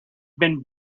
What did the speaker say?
been